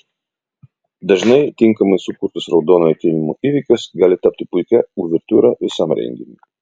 dažnai tinkamai sukurtas raudonojo kilimo įvykis gali tapti puikia uvertiūra visam renginiui